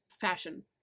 fashion